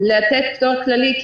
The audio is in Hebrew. פטור כללי,